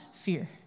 Fear